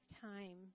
time